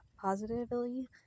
positively